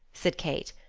said kate.